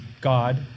God